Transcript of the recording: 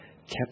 kept